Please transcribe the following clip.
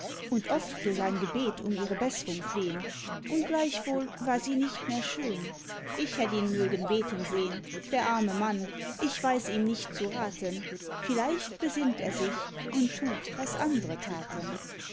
und oft durch ein gebet um ihre beßrung flehn und gleichwohl war sie nicht mehr schön ich hätt ihn mögen beten sehn der arme mann ich weiß ihm nicht zu raten vielleicht besinnt er sich und tut was andre taten